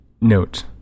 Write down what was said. note